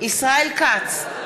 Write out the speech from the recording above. ישראל כץ,